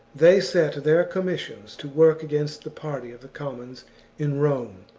they set their com missions to work against the party of the commons in rome.